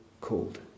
called